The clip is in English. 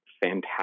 fantastic